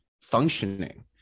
functioning